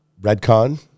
Redcon